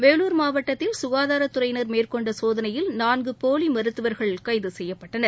வேலூர் மாவட்டத்தில் சுகாதாரத் துறையினர் மேற்கொண்ட சோதனையில் நான்கு போலி மருத்துவர்கள் கைது செய்யப்பட்டனர்